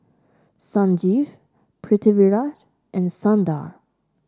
Sanjeev Pritiviraj and Sundar